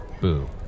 Boo